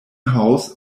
house